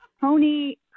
Tony